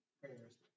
prayers